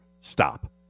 Stop